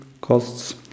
costs